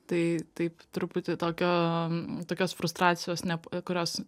tai taip truputį tokio tokios frustracijos ne kurios